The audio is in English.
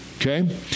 Okay